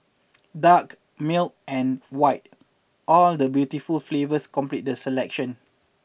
dark milk and white all the beautiful flavours complete the selection